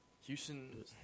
Houston